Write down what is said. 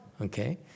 Okay